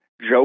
Joe